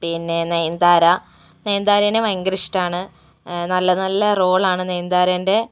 പിന്നെ നയന്താര നയന്താരേനെ ഭയങ്കര ഇഷ്ടമാണ് നല്ല നല്ല റോളാണ് നയന് താരേന്റെ